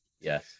yes